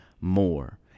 more